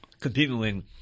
Continuing